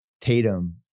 Tatum